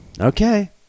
okay